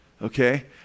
Okay